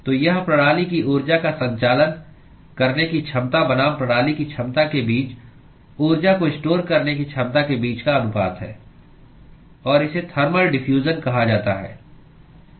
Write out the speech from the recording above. तो यह प्रणाली की ऊर्जा का संचालन करने की क्षमता बनाम प्रणाली की क्षमता के बीच ऊर्जा को स्टोर करने की क्षमता के बीच का अनुपात है और इसे थर्मल डिफ्यूजन कहा जाता है